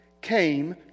came